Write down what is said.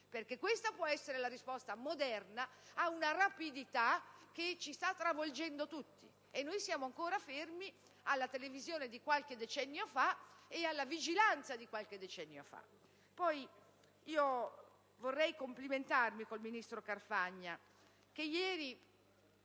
perché questa può essere la risposta moderna ad una rapidità che ci sta travolgendo tutti, mentre noi siamo ancora fermi alla televisione di qualche decennio fa ed alla Vigilanza di qualche decennio fa. Vorrei complimentarmi col ministro Carfagna, che ieri,